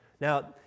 Now